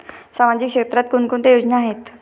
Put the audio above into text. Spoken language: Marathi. सामाजिक क्षेत्रात कोणकोणत्या योजना आहेत?